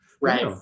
right